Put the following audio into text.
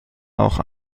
auch